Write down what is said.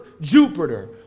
Jupiter